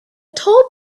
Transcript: toll